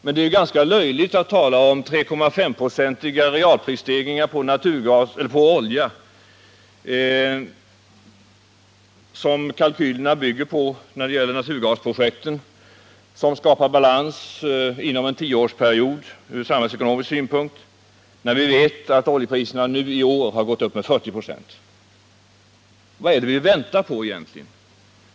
Men det är ganska löjligt att tala om 3,5-procentiga realprisstegringar på olja, som kalkylerna bygger på när det gäller naturgasprojektet för att från samhällsekonomisk synpunkt skapa balans inom en tioårsperiod, när vi vet att oljepriserna i år har gått upp med ca 40 96. Vad är det vi väntar på egentligen?